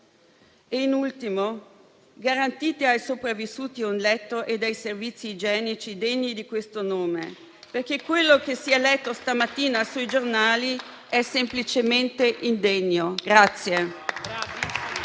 In ultimo, garantite ai sopravvissuti un letto e servizi igienici degni di questo nome, perché quello che si è letto stamattina sui giornali è semplicemente indegno.